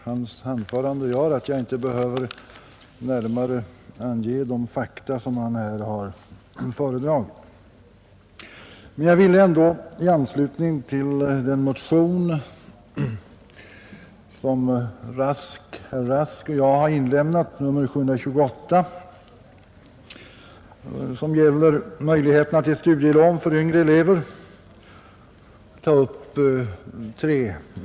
Hans anförande gör att jag inte behöver närmare ange de fakta som han har föredragit, men jag vill ändå ta upp tre frågeställningar i anslutning till den motion som herr Rask och jag har inlämnat, nr 728, som gäller möjligheterna till studielån för yngre elever.